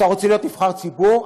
אתה רוצה להיות נבחר ציבור?